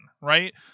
right